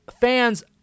fans